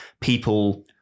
people